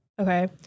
okay